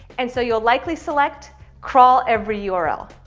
and so you'll likely select crawl every yeah url.